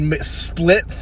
Split